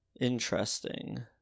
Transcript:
Interesting